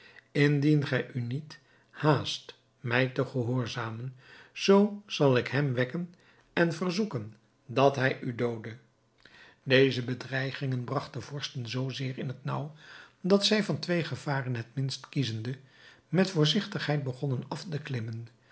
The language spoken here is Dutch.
indien gij u niet haast mij te gehoorzamen zoo zal ik hem wekken en verzoeken dat hij u doode deze bedreiging bragt de vorsten zoo zeer in het naauw dat zij van twee gevaren het minste kiezende met voorzigtigheid begonnen af te klimmen